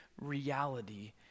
reality